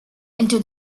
into